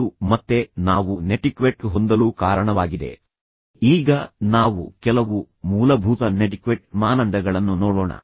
ಅದು ಮತ್ತೆ ನಾವು ನೆಟಿಕ್ವೆಟ್ ಹೊಂದಲು ಕಾರಣವಾಗಿದೆ ಈಗ ನಾವು ಕೆಲವು ಮೂಲಭೂತ ನೆಟಿಕ್ವೆಟ್ ಮಾನದಂಡಗಳನ್ನು ನೋಡೋಣ